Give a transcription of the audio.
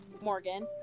Morgan